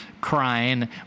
crying